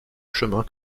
chemin